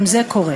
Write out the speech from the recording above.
גם זה קורה.